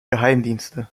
geheimdienste